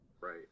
Right